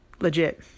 Legit